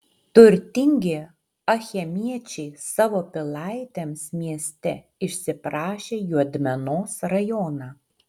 turtingi achemiečiai savo pilaitėms mieste išsiprašė juodmenos rajoną